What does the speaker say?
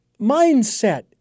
Mindset